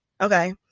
okay